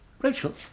Rachel